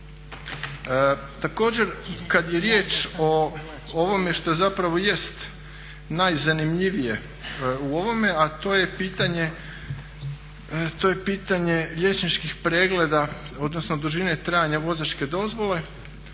Također kada je riječ o ovome što zapravo jest najzanimljivije u ovome a to je pitanje liječničkih pregleda odnosno dužine trajanja vozačke dozvole,